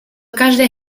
każdej